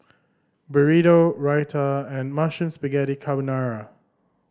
Burrito Raita and Mushroom Spaghetti Carbonara